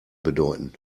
bedeuten